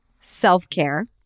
self-care